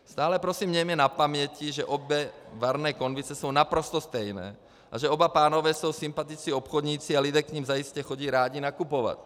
Stále prosím mějme na paměti, že obě varné konvice jsou naprosto stejné a že oba pánové jsou sympatičtí obchodníci a lidé k nim zajisté chodí rádi nakupovat.